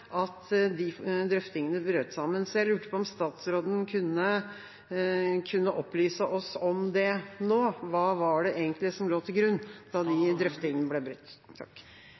at drøftingene brøt sammen. Kunne statsråden opplyst oss om det nå? Hva var det egentlig som lå til grunn da drøftingene ble brutt?